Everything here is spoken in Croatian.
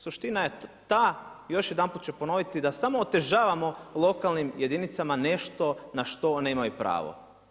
Suština je taj, još jedanput ću ponoviti da smo otežavamo lokalnim jedinicama nešto na što one imaju pravo.